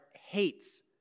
hates